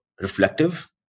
reflective